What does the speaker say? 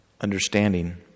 understanding